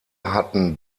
hatten